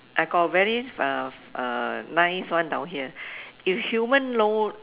I got a very uh uh nice one down here if human no